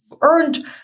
Earned